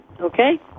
Okay